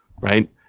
right